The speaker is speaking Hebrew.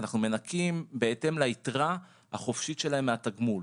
ואנחנו מנכים בהתאם ליתרה החופשית שלהם מהתגמול.